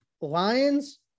lions